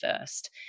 first